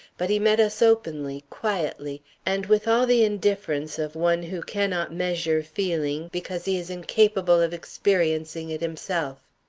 but he met us openly, quietly, and with all the indifference of one who cannot measure feeling, because he is incapable of experiencing it himself.